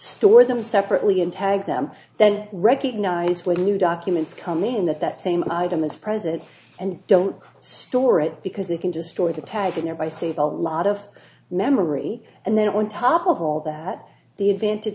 store them separately and tag them then recognize when new documents come in that that same item is present and don't store it because they can destroy the tag and thereby save a lot of memory and then on top of all that the advantage